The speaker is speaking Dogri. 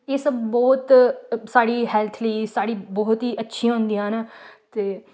एह् सब बोह्त साढ़ी हैल्थ लेई साढ़ी बोह्त अच्छियां होंदियां न ते